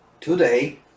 Today